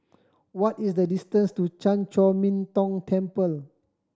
what is the distance to Chan Chor Min Tong Temple